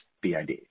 BID